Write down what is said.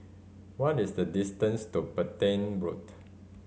what is the distance to Petain Road